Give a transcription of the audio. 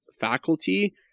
faculty